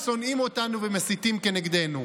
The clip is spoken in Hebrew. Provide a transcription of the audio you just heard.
הם שונאים אותנו ומסיתים נגדנו,